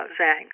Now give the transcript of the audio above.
Zhang